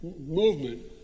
movement